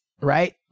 right